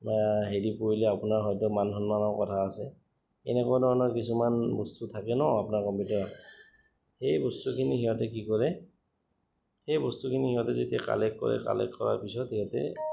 হেৰি পৰিলে আপোনাৰ হয়তো মান সন্মানৰ কথা আছে এনেকুৱা ধৰণৰ কিছুমান বস্তু থাকে ন আপোনাৰ কম্পিউটাৰত সেই বস্তুখিনি সিহঁতে কি কৰে সেই বস্তুখিনি সিহঁতে যেতিয়া কালেক্ট কৰে কালেক্ট কৰাৰ পিছত সিহঁতে